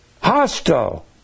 hostile